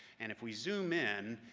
and if we zoom in,